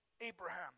Abraham